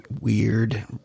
weird –